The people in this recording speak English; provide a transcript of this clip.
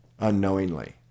Unknowingly